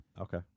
Okay